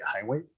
highway